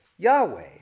Yahweh